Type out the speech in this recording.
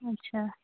अच्छा